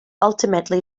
ultimately